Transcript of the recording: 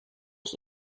ich